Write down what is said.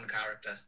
character